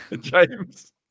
James